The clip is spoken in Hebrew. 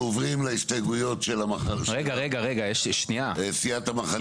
אנחנו עוברים להסתייגויות של סיעת המחנה הממלכתי.